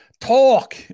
talk